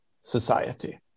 society